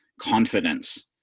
Confidence